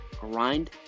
grind